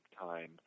time